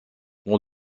dans